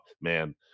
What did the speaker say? man